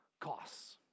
costs